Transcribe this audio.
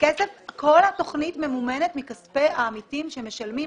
כל התוכנית ממומנת מכספי העמיתים שמשלמים.